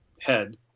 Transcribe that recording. head